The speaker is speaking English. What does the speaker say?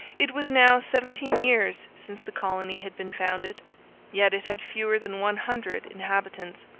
it was now seventeen years since the colony had been founded yet it had fewer than one hundred inhabitants.